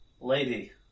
lady